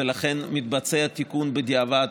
ולכן מתבצע תיקון של הנתונים בדיעבד,